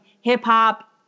hip-hop